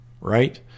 Right